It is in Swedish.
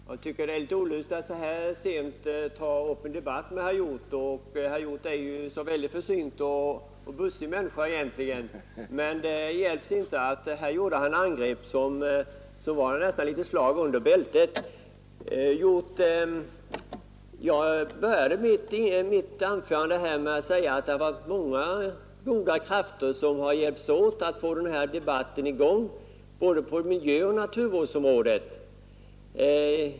Herr talman! Jag tycker det är litet olustigt att så här sent ta upp en debatt med herr Hjorth. Han är ju egentligen en väldigt försynt och bussig människa. Men här gjorde han angrepp som nästan var slag under bältet. Jag började mitt anförande med att säga att många goda krafter hade hjälpts åt för att få till stånd den här debatten, på både miljöoch naturvårdsområdet.